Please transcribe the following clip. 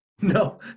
No